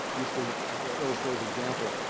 just an illustrative example,